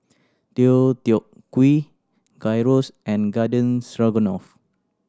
Deodeok Gui Gyros and Garden Stroganoff